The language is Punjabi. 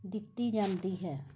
ਦਿੱਤੀ ਜਾਂਦੀ ਹੈ